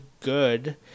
good